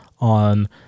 on